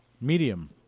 Medium